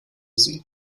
sie